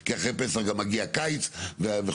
כי אחרי פסח מגיע גם הקיץ וחופשות.